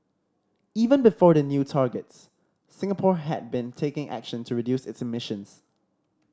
even before the new targets Singapore had been taking action to reduce its emissions